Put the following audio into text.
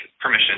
permission